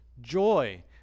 joy